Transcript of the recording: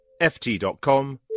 ft.com